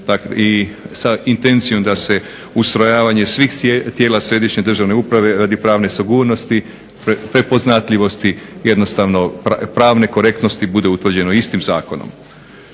i sa intencijom da se ustrojavanje svih tijela Središnje državne uprave radi pravne sigurnosti, prepoznatljivosti jednostavno pravne korektnosti bude utvrđeno istim zakonom.